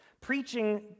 Preaching